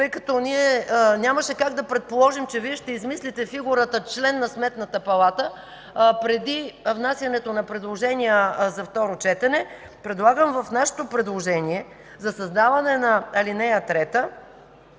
тъй като нямаше как да предположим, че Вие ще измислите фигурата „член на Сметната палата”, преди внасянето на предложения за второ четене, предлагам в нашето предложение за създаване на ал. 3: